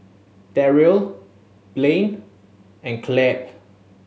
Darryle Blain and Clabe